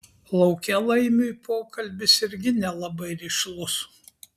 lauke laimiui pokalbis irgi nelabai rišlus